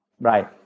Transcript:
right